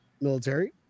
Military